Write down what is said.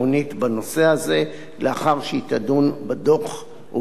הזה לאחר שהיא תדון בדוח ובמסקנותיו.